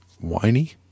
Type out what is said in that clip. whiny